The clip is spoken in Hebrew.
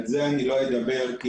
על זה לא אדבר.